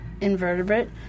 invertebrate